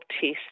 test